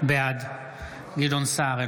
בעד גדעון סער,